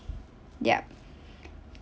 yup